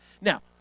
Now